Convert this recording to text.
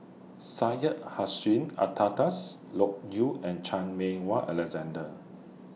Syed Hussein Alatas Loke Yew and Chan Meng Wah Alexander